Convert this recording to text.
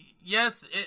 yes